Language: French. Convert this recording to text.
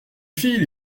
fil